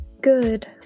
good